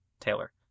Taylor